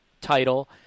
title